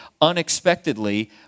unexpectedly